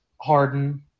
Harden